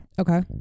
Okay